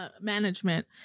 management